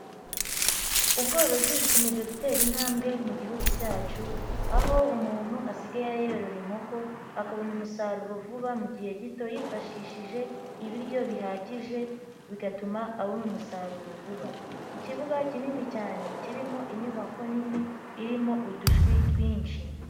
Ubworozi bukomeje gutera intambwe mu gihugu cyacu, aho umuntu asigaye yorora inkoko akabona umusaruro vuba mu gihe gito yifashishije ibiryo bihagije, bigatuma abona umusaruro vuba. Ikibuga kinini cyane kirimo inyubako nini irimo udushwi twinshi.